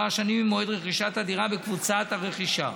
שנים ממועד רכישת הדירה בקבוצת הרכישה.